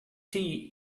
tea